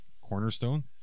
cornerstone